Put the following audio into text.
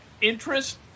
interest